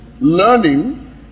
learning